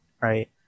right